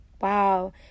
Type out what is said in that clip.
wow